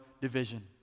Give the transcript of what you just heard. division